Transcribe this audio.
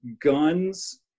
guns